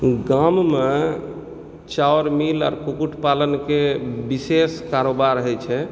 गाममे चाउर मिल आ कुक्कुट पालन के विशेष कारोबार होइ छै